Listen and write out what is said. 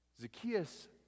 Zacchaeus